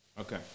Okay